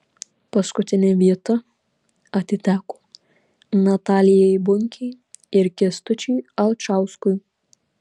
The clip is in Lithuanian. paskutinė vieta atiteko natalijai bunkei ir kęstučiui alčauskui